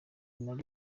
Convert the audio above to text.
nari